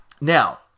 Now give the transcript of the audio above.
now